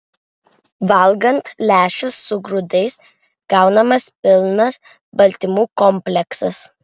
valgant lęšius su grūdais gaunamas pilnas baltymų kompleksas